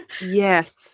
yes